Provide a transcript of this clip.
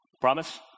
Promise